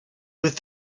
with